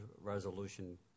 resolution